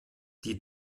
die